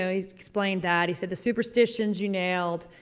so he explained that. he said, the superstitions you nailed.